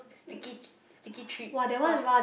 sticky sticky treats [wah]